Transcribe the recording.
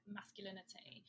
masculinity